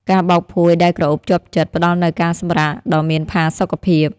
ការបោកភួយដែលក្រអូបជាប់ចិត្ត ផ្តល់នូវការសម្រាកដ៏មានផាសុកភាព។